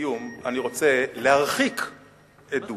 לסיום אני רוצה להרחיק עדות,